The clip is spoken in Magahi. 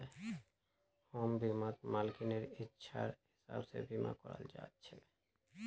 होम बीमात मालिकेर इच्छार हिसाब से बीमा कराल जा छे